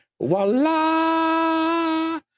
voila